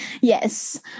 yes